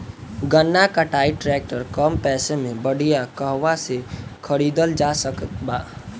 गन्ना कटाई ट्रैक्टर कम पैसे में बढ़िया कहवा से खरिदल जा सकत बा?